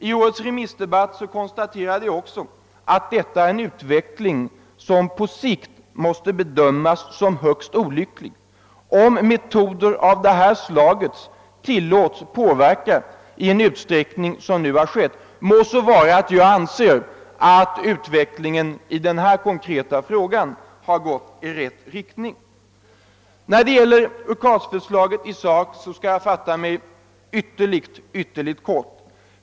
I årets remissdebatt framhöll jag att det är en utveckling som på sikt måste bedömas som högst olycklig, om meto der av detta slag tillåts inverka i den utsträckning som nu har skett, må vara att jag anser att utvecklingen i den här konkreta frågan har gått i rätt riktning. Om UKAS-förslaget i sak skall jag fatta mig ytterligt kort.